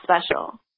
special